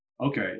okay